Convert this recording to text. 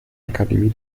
akademie